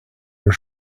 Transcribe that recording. were